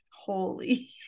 Holy